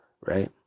right